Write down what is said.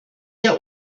der